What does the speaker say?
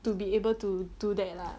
to be able to do that lah